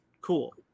Cool